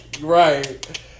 Right